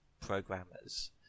programmers